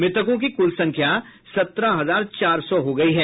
मृतकों की कुल संख्या सत्रह हजार चार सौ हो गई है